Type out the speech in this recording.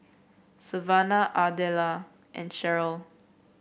Savanna Ardella and Sheryl